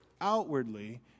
Outwardly